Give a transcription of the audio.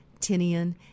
Tinian